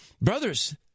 brothers